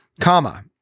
Comma